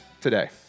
today